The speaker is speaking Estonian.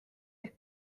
ehk